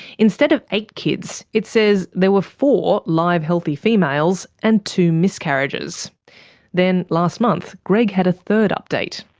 instead of eight kids, it says there were four live healthy females and two miscarriages then last month greg had a third update.